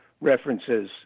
references